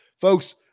Folks